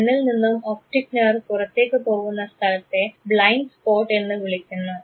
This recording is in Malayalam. കണ്ണിൽ നിന്നും ഒപ്ടിക് നേർവ് പുറത്തേക്ക് പോവുന്ന സ്ഥലത്തെ ബ്ലൈൻഡ് സ്പോട്ട് എന്ന് വിളിക്കുന്നു